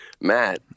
Matt